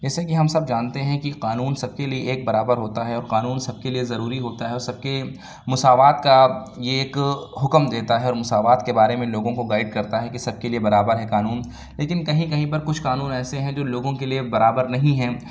جیسے کہ ہم سب جانتے ہیں کہ قانون سب کے لیے ایک برابر ہوتا ہے اور قانون سب کے لیے ضروری ہوتا ہے اور سب کے مساوات کا یہ ایک حکم دیتا ہے اور مساوات کے بارے میں لوگوں کو گائیڈ کرتا ہے کہ سب کے لیے برابر ہے قانون لیکن کہیں کہیں پر کچھ قانون ایسے ہیں کہ جو لوگوں کے لیے برابر نہیں ہیں